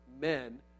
men